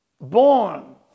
born